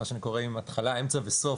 מה שנקרא, עם התחלה אמצע וסוף.